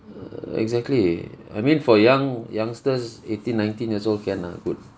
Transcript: err exactly I mean for young youngsters eighteen nineteen years old can ah good